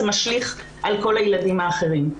זה משליך על כל הילדים האחרים.